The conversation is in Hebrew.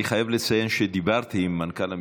אני חייב לציין שדיברתי עם מנכ"ל המשרד,